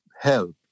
help